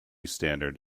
standard